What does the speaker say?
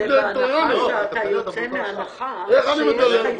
איך אני מדלל?